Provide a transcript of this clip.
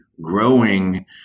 growing